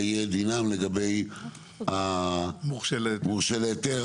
מה יהיה דינם לגבי המורשה להיתר?